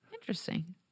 Interesting